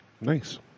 Nice